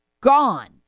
gone